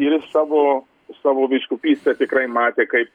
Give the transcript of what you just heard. ir savo savo vyskupystę tikrai matė kaip